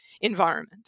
environment